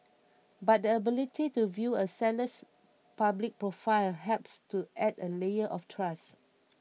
but the ability to view a seller's public profile helps to add a layer of trust